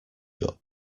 got